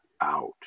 out